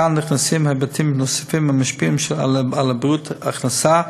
כאן נכנסים היבטים נוספים המשפיעים על הבריאות: הכנסה,